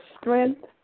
strength